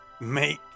make